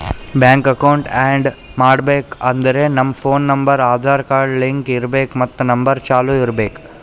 bank account add ಮಾಡ್ಬೇಕ್ ಅಂದುರ್ ನಮ್ ಫೋನ್ ನಂಬರ್ ಆಧಾರ್ ಕಾರ್ಡ್ಗ್ ಲಿಂಕ್ ಇರ್ಬೇಕ್ ಮತ್ ನಂಬರ್ ಚಾಲೂ ಇರ್ಬೇಕ್